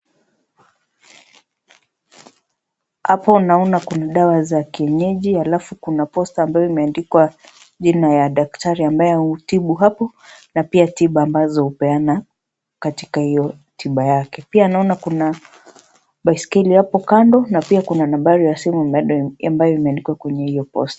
Hapo naona kuna dawa za kienyeji halafu kuna posta ya jina ya daktari ambaye anatibu na kando kuna baiskeli ambayo imeandikwa Nambari ya simu ya daktari huyo.